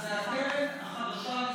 לישראל,